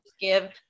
give